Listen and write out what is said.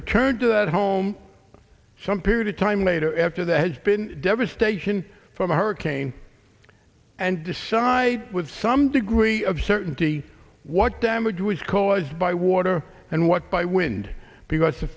return to that home some period of time later after that has been devastation from hurricane and decide with some degree of certainty what damage was caused by water and what by wind because